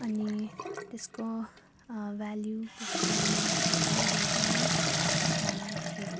अनि त्यसको भेल्यु त्यसको महत्त्व पनि धेरै नै थियो